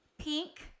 pink